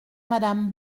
madame